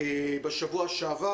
בשבוע שעבר,